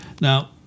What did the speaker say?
Now